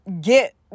get